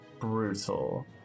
brutal